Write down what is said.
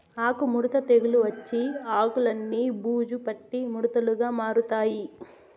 ఆకు ముడత తెగులు వచ్చి ఆకులన్ని బూజు పట్టి ముడతలుగా మారతాయి